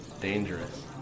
Dangerous